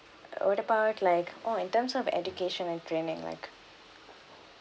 uh what about like oh in terms of education and training like